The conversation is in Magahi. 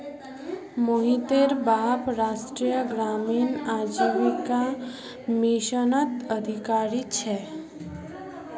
मोहितेर बाप राष्ट्रीय ग्रामीण आजीविका मिशनत अधिकारी छे